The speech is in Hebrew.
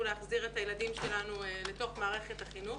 להחזיר את הילדים שלנו לתוך מערכת החינוך.